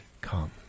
come